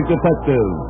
Detective